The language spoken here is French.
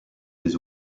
des